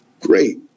Great